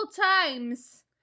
times